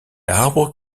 arbre